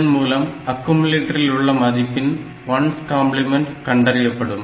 இதன் மூலம் அக்குமுலட்டரில் உள்ள மதிப்பின் 1's கம்பிளிமெண்ட் கண்டறியப்படும்